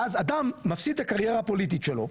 ואז אדם מפסיד את הקריירה הפוליטית שלו.